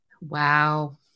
Wow